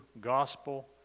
gospel